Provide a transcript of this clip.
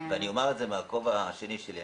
אני אומר את זה מהכובע השני שלי.